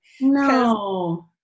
No